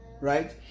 Right